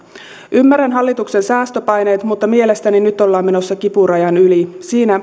ymmärrän hallituksen säästöpaineet mutta mielestäni nyt ollaan menossa kipurajan yli siinä